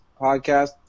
podcast